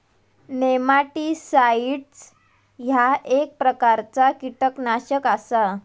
nematicides ह्या एक प्रकारचा कीटकनाशक आसा